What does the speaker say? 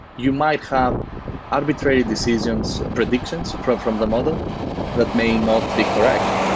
you might have arbitrary decisions, predictions from from the model that may not be correct.